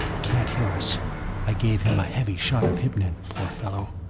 he can't hear us i gave him a heavy shot of hypnin, poor fellow.